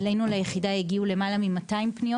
אלינו ליחידה הגיעו למעלה מ-200 פניו